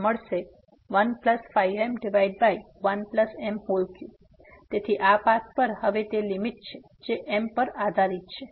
અને મળશે 15m1m3 તેથી આ પાથ પર હવે તે લીમીટ છે જે m પર આધારીત છે